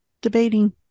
Debating